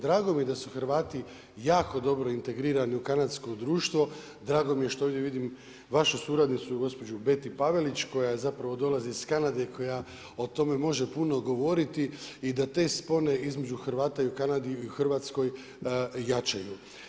Drago mi je da su Hrvatski jako dobro integrirani u kanadsko društvo, drago mi je što ovdje vidim vašu suradnicu gospođu Betty Pavelić koja zapravo dolazi iz Kanade, koja o tome može puno govoriti i da te spone između Hrvata u Kanadi i u Hrvatskoj, jačaju.